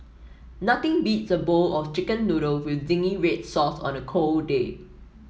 nothing beats a bowl of chicken noodle with zingy red sauce on a cold day